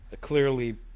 clearly